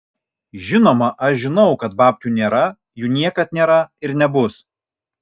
žinoma aš žinau kad babkių nėra jų niekad nėra ir nebus